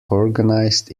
organised